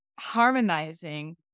harmonizing